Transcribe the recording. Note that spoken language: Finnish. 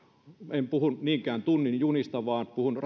en puhu niinkään tunnin junista vaan puhun